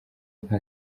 nka